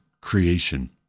creation